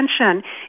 attention